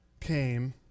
came